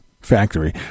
Factory